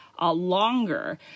longer